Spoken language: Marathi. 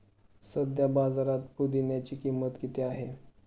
सध्या बाजारात पुदिन्याची किंमत किती आहे?